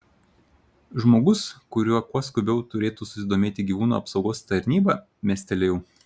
žmogus kuriuo kuo skubiau turėtų susidomėti gyvūnų apsaugos tarnyba mestelėjau